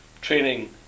training